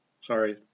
Sorry